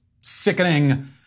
sickening